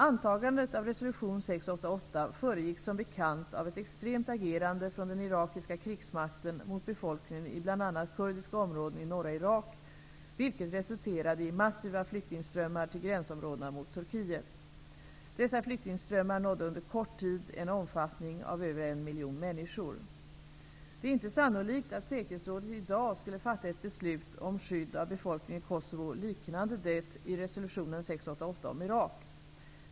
Antagandet av resolution 688 föregicks som bekant av ett extremt agerande från den irakiska krigsmakten mot befolkningen i bl.a. kurdiska områden i norra Irak, vilket resulterade i massiva flyktingströmmar till gränsområdena mot Turkiet. Dessa flyktingströmmar nådde under kort tid en omfattning av över 1 miljon människor. Det är inte sannolikt att säkerhetsrådet i dag skulle fatta ett beslut om skydd av befolkningen i Kosovo liknande det i resolution 688 om Irak.